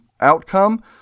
outcome